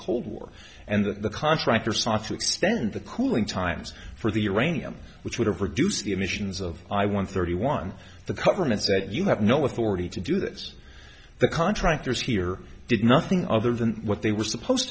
cold war and the contractor sought to expand the cooling times for the uranium which would have reduced the emissions of i one thirty one the coverage that you have no authority to do this the contractors here did nothing other than what they were supposed